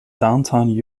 downtown